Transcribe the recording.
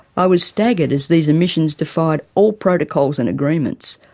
i was staggered as these emissions defied all protocols and agreements,